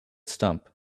stump